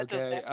Okay